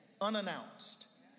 unannounced